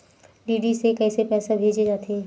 DD से कइसे पईसा भेजे जाथे?